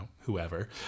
whoever